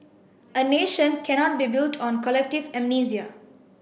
a nation cannot be built on collective amnesia